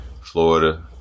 Florida